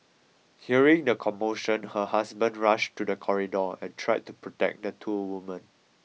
hearing the commotion her husband rushed to the corridor and tried to protect the two women